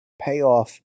payoff